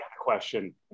question